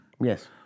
Yes